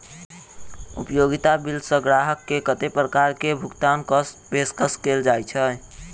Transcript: उपयोगिता बिल सऽ ग्राहक केँ कत्ते प्रकार केँ भुगतान कऽ पेशकश कैल जाय छै?